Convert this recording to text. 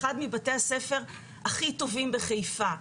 אחד מבתי הספר הכי טובים בחיפה,